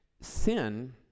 Sin